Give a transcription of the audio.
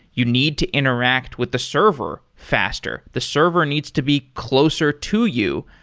you need to interact with the server faster. the server needs to be closer to you,